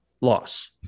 loss